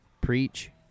preach